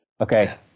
Okay